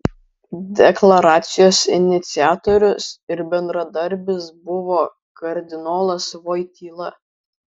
deklaracijos iniciatorius ir bendradarbis buvo kardinolas voityla